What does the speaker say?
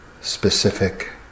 specific